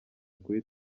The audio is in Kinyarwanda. kuri